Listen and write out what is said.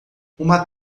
uma